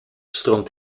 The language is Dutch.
stroomt